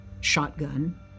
shotgun